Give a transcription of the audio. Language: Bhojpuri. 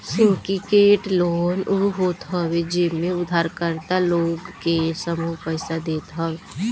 सिंडिकेटेड लोन उ होत हवे जेमे उधारकर्ता लोग के समूह पईसा देत हवे